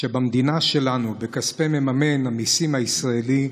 שבמדינה שלנו, בכספי מממן המיסים הישראלי,